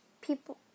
people